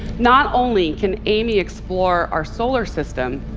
not only can amy explore our solar system,